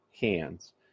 hands